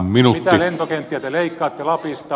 mitä lentokenttiä te leikkaatte lapista